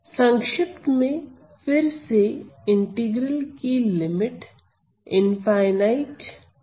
संक्षिप्त में फिर से इंटीग्रल की लिमिट इनफाइनाईट नहीं है